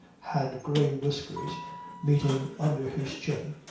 had grey whiskers meeting under his chin,